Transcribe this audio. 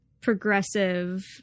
progressive